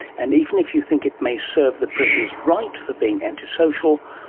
and even if you think it may serve the prisoners right for being anti-social,